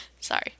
Sorry